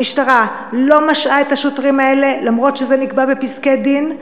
המשטרה לא משעה את השוטרים האלה למרות שזה נקבע בפסקי-דין,